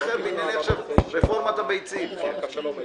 עכשיו אמור לי, בבקשה, את